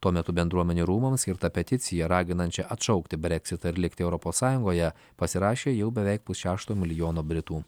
tuo metu bendruomenių rūmams skirtą peticiją raginančią atšaukti breksitą ir likti europos sąjungoje pasirašė jau beveik pusšešto milijono britų